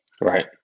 Right